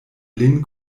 lin